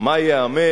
מה ייאמר.